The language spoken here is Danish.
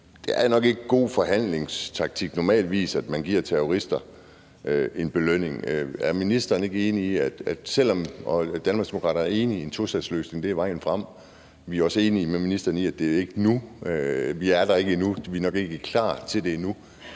Det er nok ikke god forhandlingstaktik normalvis, at man giver terrorister en belønning. Er ministeren ikke enig i – og Danmarksdemokraterne er enige i, at en tostatsløsning er vejen frem, og vi er også enige med ministeren i, at det ikke er nu, at vi ikke er der endnu, at vi nok ikke er klar til det endnu